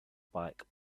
bike